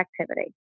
activity